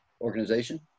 organization